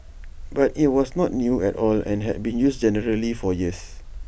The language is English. but IT was not new at all and had been used generally for years